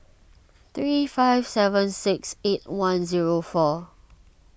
three five seven six eight one zero four